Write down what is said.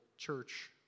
church